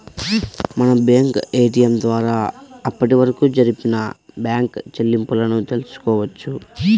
మనం bank ATM ద్వారా అప్పటివరకు జరిపిన బ్యేంకు చెల్లింపులను తెల్సుకోవచ్చు